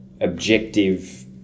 objective